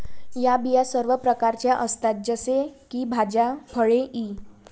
या बिया सर्व प्रकारच्या असतात जसे की भाज्या, फळे इ